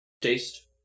taste